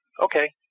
Okay